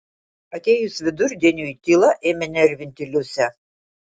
atėjus vidurdieniui tyla ėmė nervinti liusę